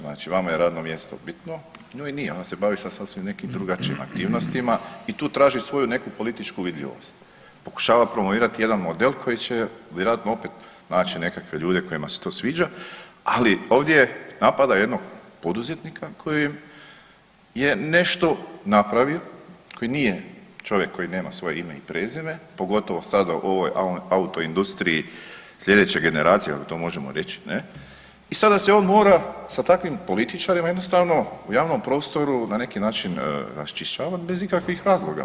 Znači vama je radno mjesto bitno, njoj nije, ona se bavi sa sasvim nekim drugačijim aktivnostima i tu traži svoju neku političku vidljivost, pokušava promovirati jedan model koji će vjerojatno opet naći nekakve ljude kojima se to sviđa, ali ovdje napada jednog poduzetnika koji je nešto napravio, koji nije čovjek koji nema svoje ime i prezime, pogotovo sada u ovoj autoindustriji sljedeće generacije, ako to možemo reći, ne, i sada se on mora sa takvim političarima jednostavno u javnom prostoru na neki način raščišćavati bez ikakvih razloga.